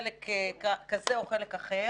חלק כזה או חלק אחר